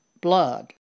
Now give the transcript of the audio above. blood